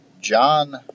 John